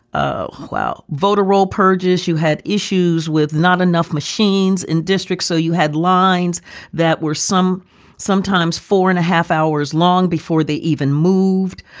ah well, voter roll purges, you had issues with not enough machines in districts. so you had lines that were some sometimes four and a half hours long before they even moved.